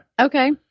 Okay